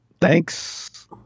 thanks